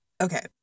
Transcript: Okay